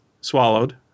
swallowed